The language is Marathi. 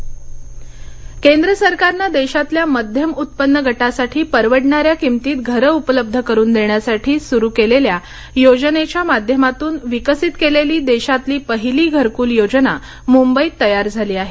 सीतारामन केंद्र सरकारनं देशातल्या मध्यम उत्त्पन्न गटासाठी परवडणाऱ्या किमतीत घरं उपलब्ध करून देण्यासाठी सूरू केलेल्या योजनेच्या माध्यामातून विकसीत केलेली देशातली पहिली घरक्ल योजना मुंबईत तयार झाली आहे